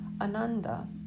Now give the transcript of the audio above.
Ananda